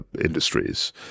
industries